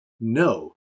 no